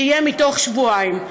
זה יהיה מתוך שבועיים.